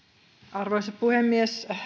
arvoisa puhemies